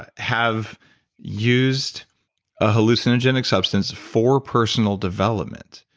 ah have used a hallucinogenic substance for personal development?